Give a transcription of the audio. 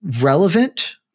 relevant